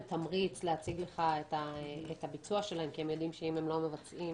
תמריץ להציג לך את הביצוע שלהם כי הם יודעים שאם הם לא מבצעים,